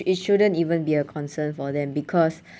it shouldn't even be a concern for them because